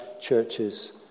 churches